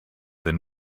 than